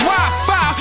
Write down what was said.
Wi-Fi